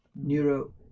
neuro